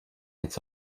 its